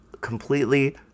completely